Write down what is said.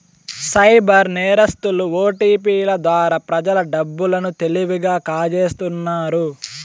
cyber నేరస్తులు ఓటిపిల ద్వారా ప్రజల డబ్బు లను తెలివిగా కాజేస్తున్నారు